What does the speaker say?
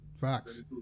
Facts